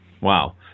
Wow